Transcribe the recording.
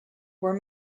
were